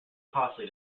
costly